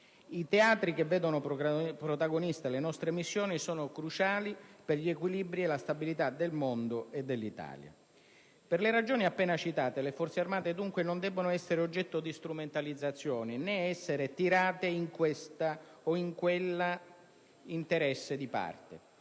I teatri che vedono protagoniste le nostre missioni sono cruciali per gli equilibri e la stabilità del mondo e dell'Italia. Per le ragioni appena citate, le Forze armate non devono essere oggetto di strumentalizzazioni, né essere tirate in questo o quel interesse di parte.